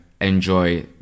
enjoy